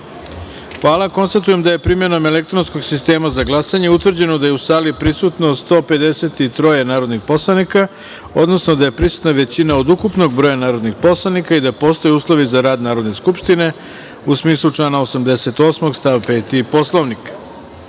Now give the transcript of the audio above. jedinice. Hvala. Konstatujem da je primenom elektronskog sistema za glasanje utvrđeno da je u sali prisutno 153 narodnih poslanika, odnosno da je prisutna većina od ukupnog broja narodnih poslanika i da postoje uslovi za rad Narodne skupštine u smislu člana 88. stav 5. Poslovnika. Da